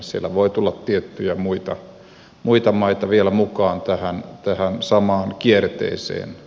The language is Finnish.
siellä voi tulla tiettyjä muita maita vielä mukaan tähän samaan kierteeseen